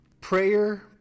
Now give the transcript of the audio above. prayer